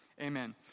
amen